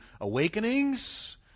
awakenings